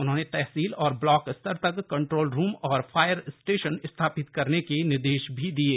उन्होंने तहसील और ब्लॉक स्तर तक कंट्रोल रूम और फायर स्टेशन स्थापित करने के निर्देश भी दिये